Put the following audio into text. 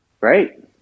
Right